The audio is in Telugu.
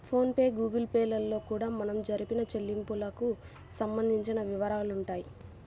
ఫోన్ పే గుగుల్ పే లలో కూడా మనం జరిపిన చెల్లింపులకు సంబంధించిన వివరాలుంటాయి